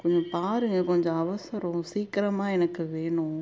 கொஞ்சம் பாருங்கள் கொஞ்சம் அவசரம் சீக்கிரமாக எனக்கு வேணும்